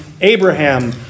Abraham